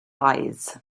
eyes